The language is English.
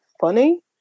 funny